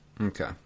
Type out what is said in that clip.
Okay